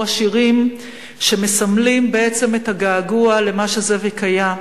השירים שמסמלים את הגעגוע למה שזאביק היה,